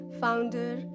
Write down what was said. founder